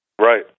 Right